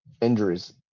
injuries